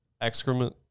excrement